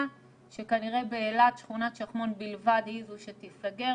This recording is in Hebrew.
שכנראה באילת שכונת שחמון בלבד היא זו שתיסגר,